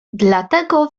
dlatego